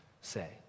say